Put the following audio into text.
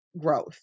growth